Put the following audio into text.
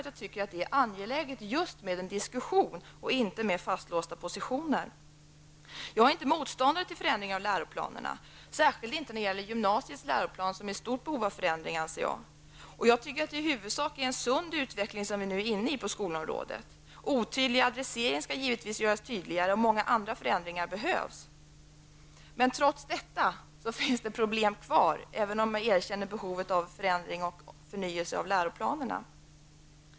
Jag tycker det är angeläget just med en diskussion, inte fastlåsta positioner. Jag är inte motståndare till förändringar i läroplanerna, särskilt inte när det gäller gymnasieskolans läroplan som är i stort behov av förändringar, anser jag. Jag tycker att det huvudsakligen är en sund utveckling som vi nu är inne i på skolområdet. Otydliga adresseringar skall naturligtvis göras tydligare, och många andra förändringar behövs. Trots detta finns det problem kvar, även om jag erkänner behovet av förändringar och förnyelse av läroplanerna.